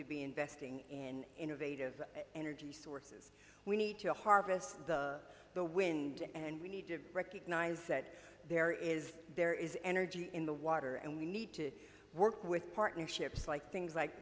to be investing in innovative energy sources we need to harvest the the wind and we need to recognize that there is there is energy in the water and we need to work with partnerships like things like